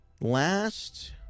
Last